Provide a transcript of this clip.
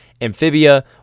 Amphibia